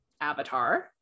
Avatar